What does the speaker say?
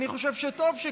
אני חושב שטוב שכך.